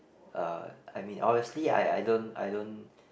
uh I mean honestly I I don't I don't